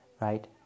right